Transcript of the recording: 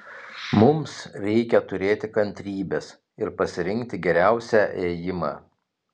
mums reikia turėti kantrybės ir pasirinkti geriausią ėjimą